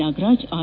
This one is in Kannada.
ನಾಗರಾಜ್ ಆರ್